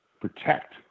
protect